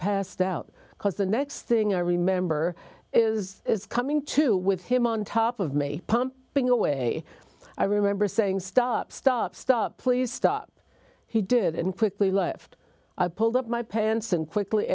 passed out because the next thing i remember is coming to with him on top of me pumping away i remember saying stop stop stop please stop he did and quickly left i pulled up my pants and quickly